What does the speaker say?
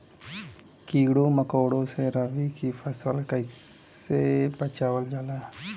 कीड़ों मकोड़ों से रबी की फसल के कइसे बचावल जा?